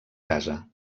casa